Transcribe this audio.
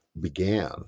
began